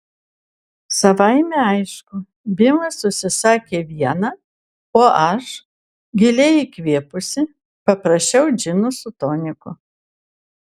savaime aišku bilas užsisakė vieną o aš giliai įkvėpusi paprašiau džino su toniku